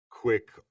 quick